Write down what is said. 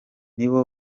nibo